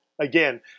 again